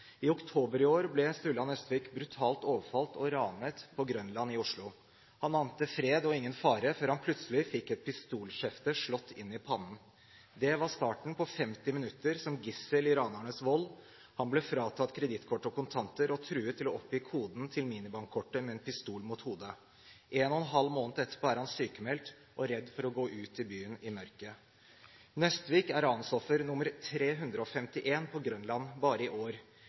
I oktober i år ble Sturla Nøstvik brutalt overfalt og ranet på Grønland i Oslo. Han ante fred og ingen fare før han plutselig fikk et pistolskjefte slått inn i pannen. Det var starten på 50 minutter som gissel i ranernes vold. Han ble fratatt kredittkort og kontanter og truet til å oppgi koden til minibankkortet med en pistol mot hodet. En og en halv måned etterpå er han sykmeldt og redd for å gå ut i byen i mørket. Nøstvik er ransoffer nr. 351 på Grønland bare i år.